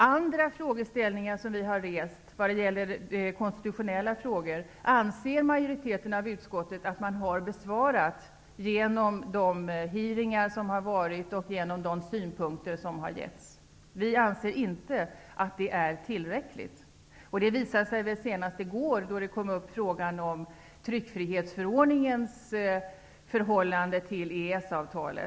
Andra konstitutionella frågeställningar som vi i Vänsterpartiet har rest anser majoriteten i utskottet har besvarats i samband med de hearingar som har genomförts och de synpunkter som har kommit fram där. Vi anser inte att detta är tillräckligt. Senast i går kom frågan upp om tryckfrihetsförordningens förhållande till EES avtalet.